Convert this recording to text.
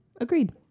Agreed